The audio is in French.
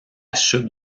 chute